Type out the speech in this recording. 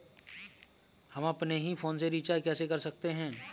हम अपने ही फोन से रिचार्ज कैसे कर सकते हैं?